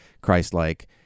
Christ-like